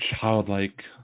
childlike